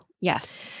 Yes